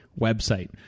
website